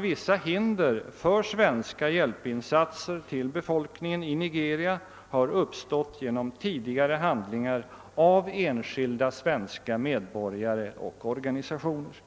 vissa hinder för svenska hjälpinsatser för befolkningen i Nigeria ha uppstått genom tidigare handlingar av enskilda svenska medborgare och organisationer.